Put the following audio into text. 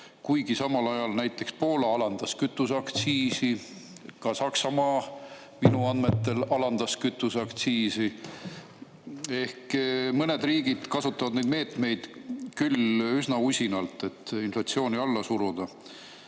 Aga samal ajal näiteks Poola alandas kütuseaktsiisi, ka Saksamaa minu andmetel alandas kütuseaktsiisi. Mõned riigid kasutavad küll üsna usinalt meetmeid, et inflatsiooni alla suruda.